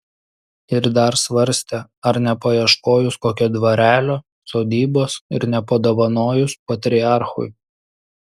ir dar svarstė ar nepaieškojus kokio dvarelio sodybos ir nepadovanojus patriarchui